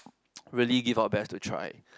really give our best to try